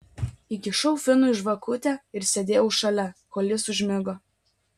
įkišau finui žvakutę ir sėdėjau šalia kol jis užmigo